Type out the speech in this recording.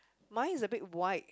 mine is a bit wide